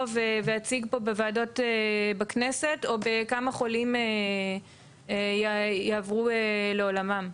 ואציג פה בוועדות בכנסת או בכמה חולים יעברו לעולמם.